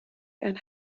and